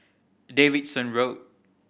Davidson Road